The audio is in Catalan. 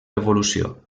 evolució